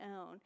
own